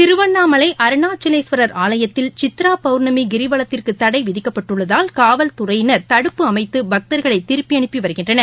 திருவண்ணாமலை அருணாசலேஸ்வர் ஆலயத்தில் சித்ரா பவுர்ணமி கிரிவலத்திற்கு தடை விதிக்கப்பட்டுள்ளதால் காவல் துறையினர் தடுப்பு அமைத்து பக்தர்களை திருப்பி அனுப்பி வருகின்றனர்